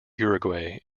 uruguay